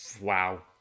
wow